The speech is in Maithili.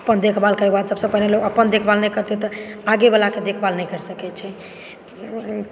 अपन देखभाल करे के बाद सबसे पहिने अपन देखभाल जे नहि करतै तऽ आगे वला के देखभाल नहि करि सकै छै